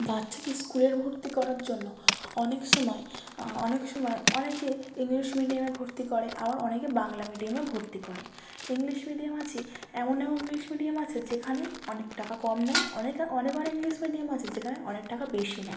বাচ্চাকে স্কুলের ভর্তি করার জন্য অনেক সময় অনেক সময় অনেকে ইংলিশ মিডিয়ামে ভর্তি করে আবার অনেকে বাংলা মিডিয়ামে ভর্তি করে ইংলিশ মিডিয়াম আছে এমন এমন ইংলিশ মিডিয়াম আছে যেখানে অনেক টাকা কম নেয় অনেকে অনেক অনেক ইংলিশ মিডিয়াম আছে যেখানে অনেক টাকা বেশি নেয়